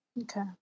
Okay